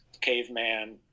caveman